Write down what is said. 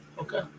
Okay